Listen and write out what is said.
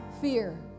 fear